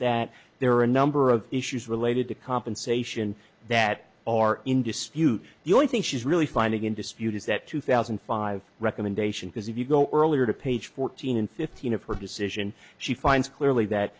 that there are a number of issues related to compensation that are in dispute the only thing she's really finding in dispute is that two thousand and five recommendation because if you go earlier to page fourteen and fifteen of her decision she finds clearly that